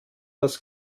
das